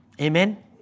Amen